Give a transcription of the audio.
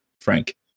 Frank